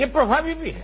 ये प्रभावी भी हैं